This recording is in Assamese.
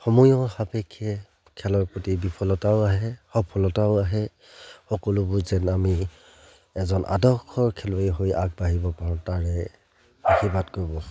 সময়ৰ সাপেক্ষে খেলৰ প্ৰতি বিফলতাও আহে সফলতাও আহে সকলোবোৰ যেন আমি এজন আদৰ্শৰ খেলুৱৈ হৈ আগবাঢ়িব পাৰোঁ তাৰে আশীৰ্বাদ কৰিব